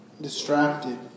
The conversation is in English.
distracted